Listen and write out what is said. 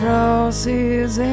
Crosses